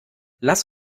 lass